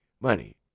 money